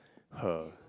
her